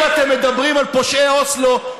אם אתם מדברים על פושעי אוסלו,